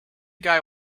guy